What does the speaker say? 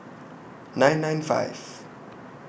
nine nine five